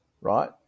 right